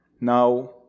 Now